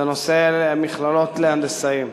זה נושא המכללות להנדסאים.